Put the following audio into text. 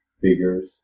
figures